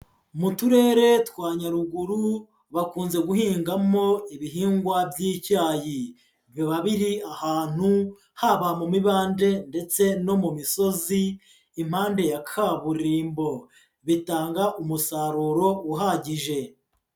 Mu turere twa Nyaruguru, bakunze guhingamo ibihingwa by'icyayi, biba biri ahantu haba mu mibande ndetse no mu misozi impande ya kaburimbo. Bitanga umusaruro uhagije.